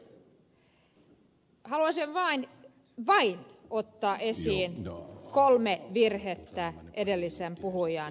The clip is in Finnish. haluaisin ottaa esille vain siis vain kolme virhettä edellisen puhujan puheessa